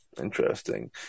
Interesting